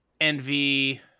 envy